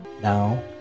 Now